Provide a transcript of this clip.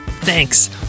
thanks